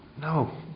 No